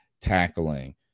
tackling